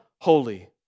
holy